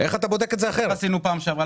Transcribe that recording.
איך עשינו את זה בפעם שעברה?